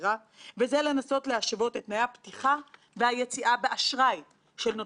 אפשר לומר שמדובר ביתרון לגודל או בחיסרון לקוטן אבל הגם שהוועדה לא